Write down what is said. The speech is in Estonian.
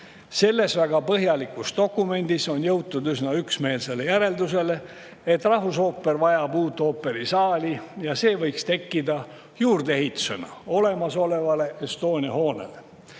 Selles väga põhjalikus dokumendis on jõutud üsna üksmeelsele järeldusele, et rahvusooper vajab uut ooperisaali ja see võiks tekkida juurdeehitusena olemasolevale Estonia hoonele.